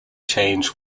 change